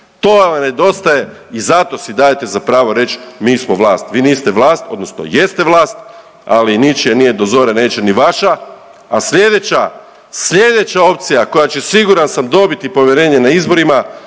to vam nedostaje i zato si dajete za pravo reć mi smo vlast. Vi niste vlast odnosno jeste vlast, ali ničija nije do zore neće ni vaša, a slijedeća, slijedeća opcija koja će siguran sam dobiti povjerenje na izborima